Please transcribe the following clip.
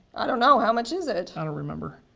i don't know, how much is it? i don't remember.